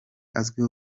azi